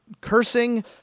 cursing